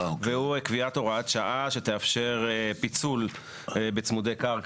והוא קביעת הוראת שעה שתאפשר פיצול בצמודי קרקע,